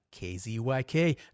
KZYK